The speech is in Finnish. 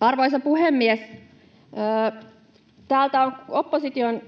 Arvoisa puhemies! Täältä on opposition